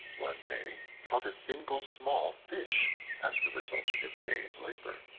one day caught a single small fish as the result of his day's labor.